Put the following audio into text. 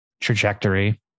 trajectory